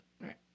Right